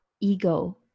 ego